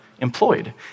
employed